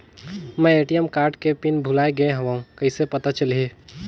मैं ATM card के pin भुलाए गे हववं कइसे पता चलही?